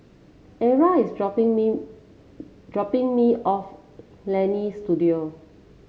Arla is dropping me dropping me off Leonie Studio